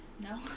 No